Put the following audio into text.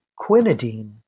quinidine